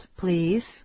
please